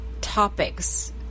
topics